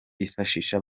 bifashisha